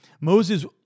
Moses